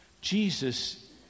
Jesus